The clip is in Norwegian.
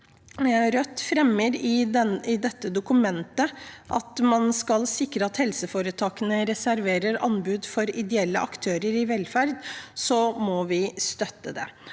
Rødt i dette dokumentet fremmer at man skal sikre at helseforetakene reserverer anbud for ideelle aktører i velferden, må vi støtte det.